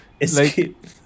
escape